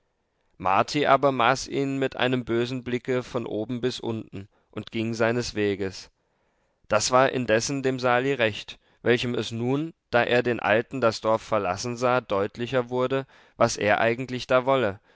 marti aber maß ihn mit einem bösen blicke von oben bis unten und ging seines weges das war indessen dem sali recht welchem es nun da er den alten das dorf verlassen sah deutlicher wurde was er eigentlich da wolle